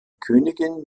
königin